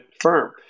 firm